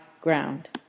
ground